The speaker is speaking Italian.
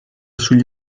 sugli